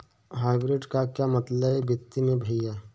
Hybrid का क्या मतलब है वित्तीय में भैया?